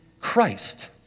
Christ